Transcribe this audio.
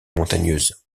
montagneuse